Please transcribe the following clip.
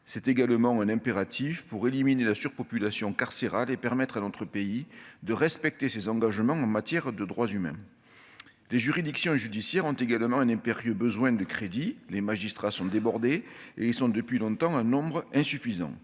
pénale. Elle s'impose aussi pour éliminer la surpopulation carcérale et permettre à notre pays de respecter ses engagements en matière de droits humains. Les juridictions judiciaires ont également un impérieux besoin de crédits. Les magistrats sont débordés, et ils sont depuis longtemps en nombre insuffisant.